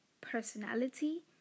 personality